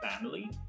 family